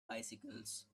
bicycles